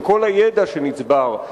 עם כל הידע שנצבר,